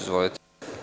Izvolite.